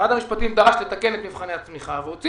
משרד המשפטים דרש לתקן את מבחני התמיכה והוציא